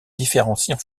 différencient